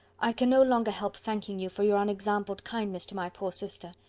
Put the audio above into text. i can no longer help thanking you for your unexampled kindness to my poor sister.